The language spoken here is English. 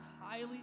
highly